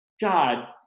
God